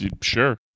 sure